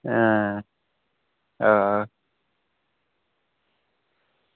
ऐं